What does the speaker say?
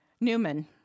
Newman